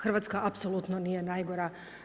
Hrvatska apsolutno nije najgora.